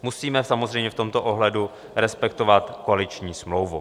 Musíme samozřejmě v tomto ohledu respektovat koaliční smlouvu.